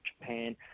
Japan